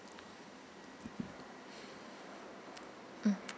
mm